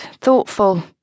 thoughtful